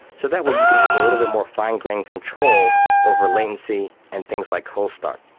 so that way you can have a little bit more fine-grained control over latency and things like whole start.